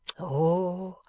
oh!